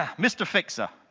um mr. fixer,